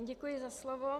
Děkuji za slovo.